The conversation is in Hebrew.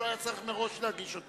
אני צריך לשלוח ל-CIA אחד כזה.